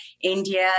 india